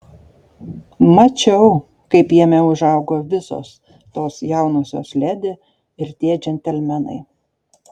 mačiau kaip jame užaugo visos tos jaunosios ledi ir tie džentelmenai